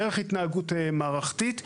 דרך התנהגות מערכתית,